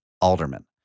Alderman